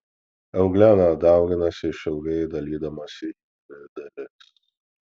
euglena dauginasi išilgai dalydamasi į dvi dalis